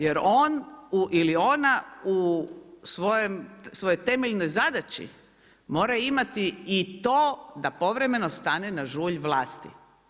Jer on ili ona u svojoj temeljnoj zadaći mora imati i to da povremeno stane na žulj vlasti.